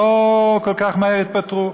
לא כל כך מהר התפטרו.